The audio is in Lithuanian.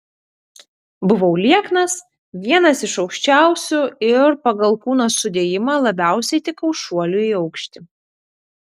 buvau lieknas vienas iš aukščiausių ir pagal kūno sudėjimą labiausiai tikau šuoliui į aukštį